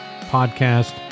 Podcast